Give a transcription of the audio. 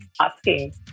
asking